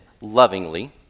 lovingly